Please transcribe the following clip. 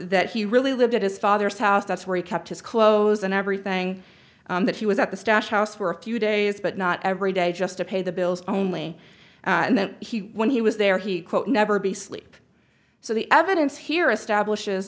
that he really lived at his father's house that's where he kept his clothes and everything that he was at the stash house for a few days but not every day just to pay the bills only and then he when he was there he quote never be sleep so the evidence here establishes